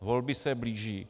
Volby se blíží.